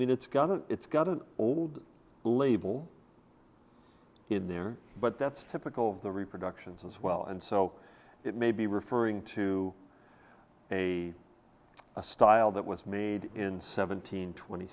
mean it's got it's got an old label in there but that's typical of the reproductions as well and so it may be referring to a a style that was made in seven hundred twenty